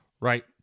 right